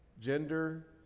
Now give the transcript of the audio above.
gender